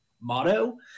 motto